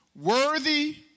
worthy